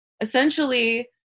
essentially